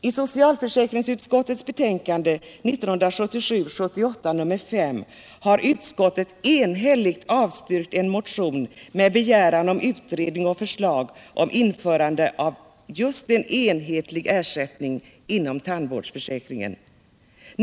I socialförsäkringsutskottets betänkande 1977/78:5 har utskottet enhälligt avstyrkt en motion med begäran om utredning och förslag om införande av just en enhetlig ersättning inom tandvårdsförsäkringen.